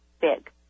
big